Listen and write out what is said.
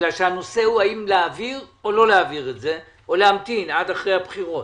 כי הנושא הוא האם להעביר או לא להעביר את זה או להמתין עד אחרי הבחירות.